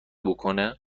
بکنه